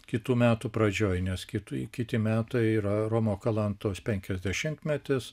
kitų metų pradžioj nes kiti kiti metai yra romo kalantos penkiasdešimtmetis